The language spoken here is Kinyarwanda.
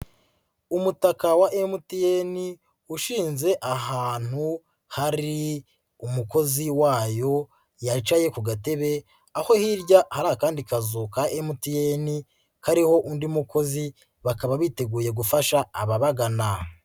Umutaka wa MTN ushinze ahantu hari umukozi wayo yicaye ku gatebe, aho hirya hari akandi kazuka MTN, kariho undi mukozi bakaba biteguye gufasha ababagana.